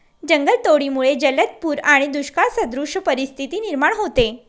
जंगलतोडीमुळे जलद पूर आणि दुष्काळसदृश परिस्थिती निर्माण होते